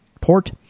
port